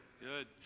Good